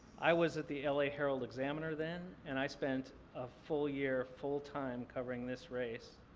i was at the la herald examiner then and i spent a full year, full-time, covering this race.